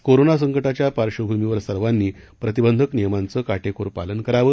corona संकटाच्या पार्श्वभूमीवर सर्वांनी प्रतिबंधक नियमांचं काटेकोर पालन करावं